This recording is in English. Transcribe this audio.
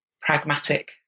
pragmatic